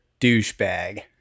douchebag